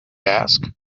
asked